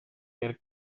per